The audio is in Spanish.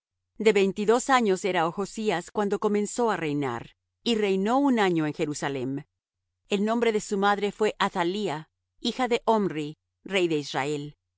de judá de veintidós años era ochzías cuando comenzó á reinar y reinó un año en jerusalem el nombre de su madre fué athalía hija de omri rey de israel